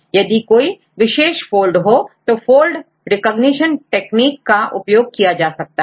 यदि कोई विशेष फोल्ड हो तो फोल्ड रिकॉग्निशन टेक्निक का इस्तेमाल किया जाता है